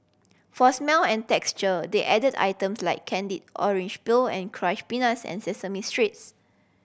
for smell and texture they added items like candied orange peel and crush peanuts and sesame